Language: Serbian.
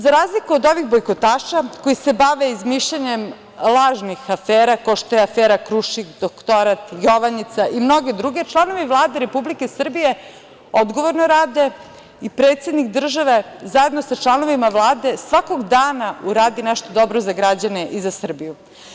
Za razliku od ovih bojkotaša, koji se bave izmišljanjem lažnih afera, kao što je afera „Krušik“, doktorat, „Jovanjica“ i mnoge druge, članovi Vlade Republike Srbije odgovorno rade i predsednik države zajedno sa članovima Vlade svakog dana uradi nešto dobro za građane i za Srbiju.